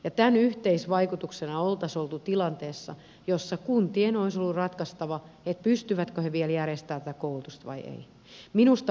tämän yhteisvaikutuksena oltaisiin oltu tilanteessa jossa kuntien olisi ollut ratkaistava pystyvätkö ne vielä järjestämään tätä koulutusta vai eivät